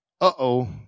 uh-oh